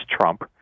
Trump